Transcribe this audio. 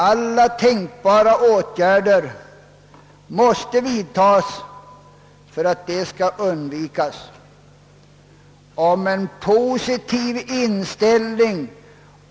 Alla tänkbara åtgärder måste vidtas för att sådana skall elimineras.